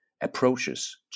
approaches